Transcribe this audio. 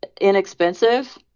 inexpensive